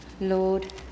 Lord